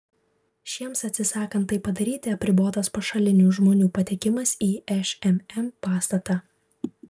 šiems atsisakant tai padaryti apribotas pašalinių žmonių patekimas į šmm pastatą